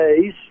days